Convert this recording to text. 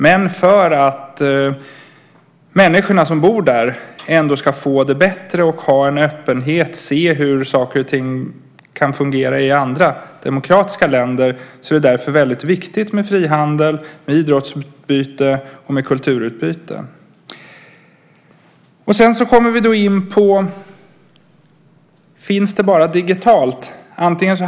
Men för att människorna som bor där ändå ska få det bättre och ha en öppenhet, se hur saker och ting kan fungera i andra demokratiska länder, är det därför viktigt med frihandel, idrottsutbyte och kulturutbyte. Sedan kommer vi in på om det här finns bara digitalt.